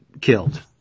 killed